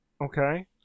okay